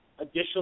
additional